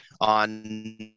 on